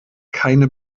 keine